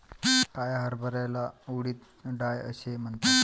काळ्या हरभऱ्याला उडीद डाळ असेही म्हणतात